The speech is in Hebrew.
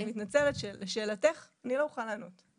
אני מתנצלת שאני לא אוכל לענות לשאלתך.